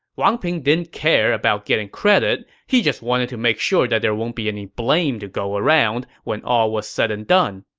wang ping didn't care about getting credit he just wanted to make sure there won't be any blame to go around when all was said and done.